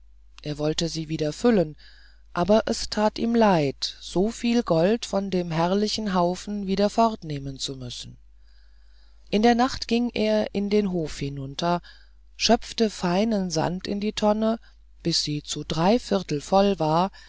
er wollte sie wieder füllen aber es tat ihm leid soviel gold von dem herrlichen haufen wieder fortnehmen zu müssen in der nacht ging er in den hof hinunter schöpfte feinen sand in die tonne bis sie zu drei vierteilen voll war